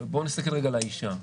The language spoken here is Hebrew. בואו נסתכל על האישה,